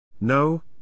No